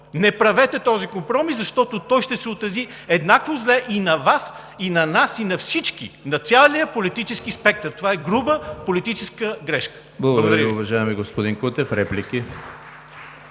Не правете този компромис, защото той ще се отрази еднакво зле и на Вас, и на нас, и на всички – на целия политически спектър! Това е груба политическа грешка. Благодаря Ви. (Ръкопляскания от „БСП